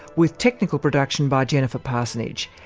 with technical production by jennifer parsonage.